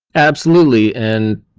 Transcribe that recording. absolutely, and